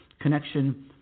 connection